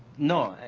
no.